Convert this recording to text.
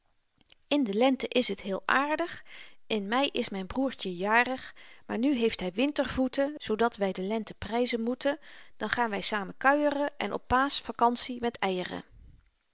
in de lente is het heel aardig in mei is myn broertje jarig maar nu heeft hy wintervoeten zoodat wy de lente pryzen moeten dan gaan wy samen kuieren en op paasch vacantie met eieren